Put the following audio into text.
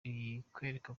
bikwereka